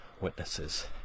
witnesses